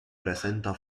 presenta